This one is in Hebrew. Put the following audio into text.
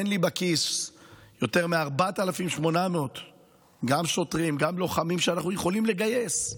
אין לי בכיס יותר מ-4,800 גם שוטרים וגם לוחמים שאנחנו יכולים לגייס.